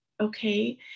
Okay